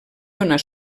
donar